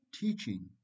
teaching